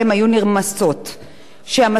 שהמשכורות שלהם לא היו משולמות,